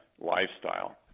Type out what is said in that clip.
lifestyle